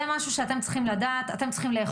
זה משהו שאתם צריכים לדעת ולאכוף.